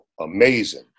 amazing